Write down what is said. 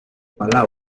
palau